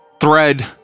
thread